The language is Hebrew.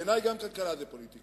בעיני גם כלכלה זה פוליטיקה.